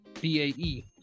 B-A-E